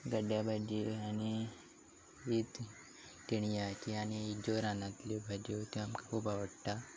गड्ड्या भाजी आनी ही ती तिणग्याची आनी ज्यो रानांतल्यो भाज्यो त्यो आमकां खूब आवडटा